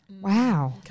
Wow